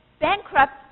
bankrupt